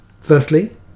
Firstly